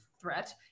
threat